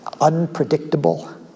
unpredictable